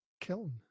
kiln